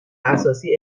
اساسی